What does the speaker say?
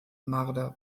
marder